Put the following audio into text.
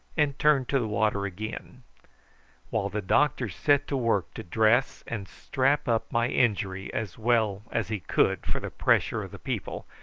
and turned to the water again while the doctor set to work to dress and strap up my injury as well as he could for the pressure of the people,